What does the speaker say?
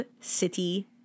city